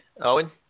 Owen